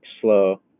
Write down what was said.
slow